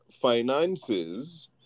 finances